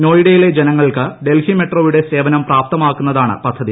നോയ്ഡയിലെ ജനങ്ങൾക്ക് ഡൽഹി മെട്രോയുടെ സേവനം പ്രാപ്തമാക്കുന്നതാണ് പദ്ധതി